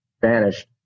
vanished